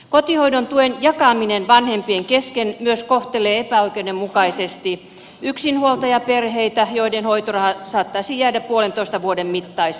kotihoidon tuen jakaminen vanhempien kesken myös kohtelee epäoikeudenmukaisesti yksinhuoltajaperheitä joiden hoitoraha saattaisi jäädä puolentoista vuoden mittaiseksi